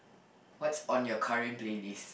what's on your current playlist